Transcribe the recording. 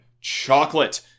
Chocolate